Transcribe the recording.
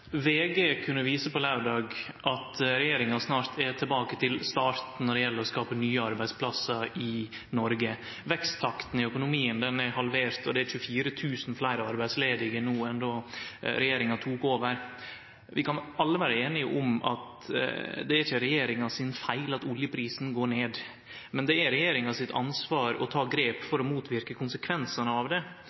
kunne på laurdag vise at regjeringa snart er tilbake til start når det gjeld å skape nye arbeidsplassar i Noreg. Veksttakten i økonomien er halvert, og det er 24 000 fleire arbeidsledige no enn då regjeringa tok over. Vi kan alle vere einige om at det ikkje er regjeringa sin feil at oljeprisen går ned, men det er regjeringa sitt ansvar å ta grep for å motverke konsekvensane av det.